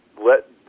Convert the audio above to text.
let